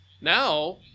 Now